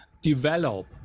develop